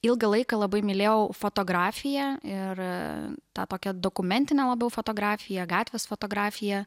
ilgą laiką labai mylėjau fotografiją ir tą tokią dokumentinę labiau fotografiją gatvės fotografiją